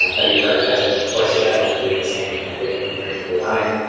how do you prioritize them? and of course again, they'll be doing this hand in-hand with engineering and design.